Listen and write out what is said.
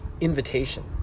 invitation